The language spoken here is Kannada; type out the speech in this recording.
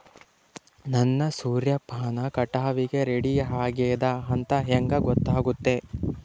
ನನ್ನ ಸೂರ್ಯಪಾನ ಕಟಾವಿಗೆ ರೆಡಿ ಆಗೇದ ಅಂತ ಹೆಂಗ ಗೊತ್ತಾಗುತ್ತೆ?